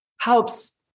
helps